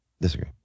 Disagree